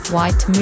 White